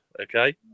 Okay